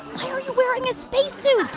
why are you wearing a spacesuit?